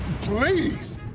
Please